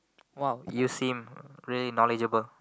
!wow! you seem really knowledgable